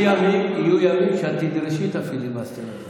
יהיו ימים שאת תדרשי את הפיליבסטר הזה.